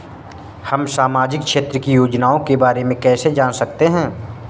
हम सामाजिक क्षेत्र की योजनाओं के बारे में कैसे जान सकते हैं?